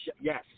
Yes